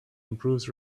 improves